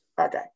Okay